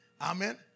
Amen